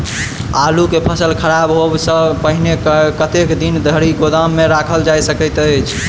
आलु केँ फसल खराब होब सऽ पहिने कतेक दिन धरि गोदाम मे राखल जा सकैत अछि?